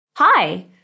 Hi